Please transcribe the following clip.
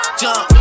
jump